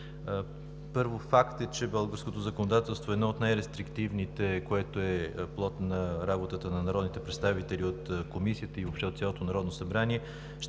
първо, факт е, че българското законодателство е едно от най-рестриктивните, което е плод на работата на народните представители от Комисията и въобще от цялото Народно събрание.